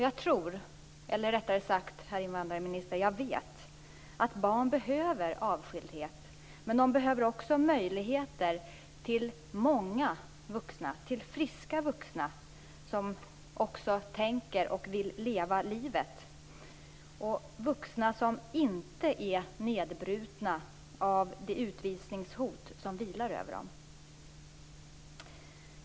Jag tror - eller, rättare sagt, jag vet, herr invandrarminister - att barn behöver avskildhet. Men de behöver också möjligheter att ha omkring sig många vuxna, friska vuxna, som också tänker och vill leva livet, vuxna som inte är nedbrutna av utvisningshot som vilar över dem.